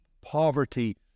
poverty